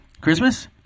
christmas